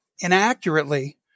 inaccurately